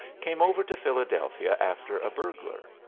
came over to philadelphia after a burglar,